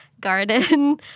garden